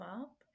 up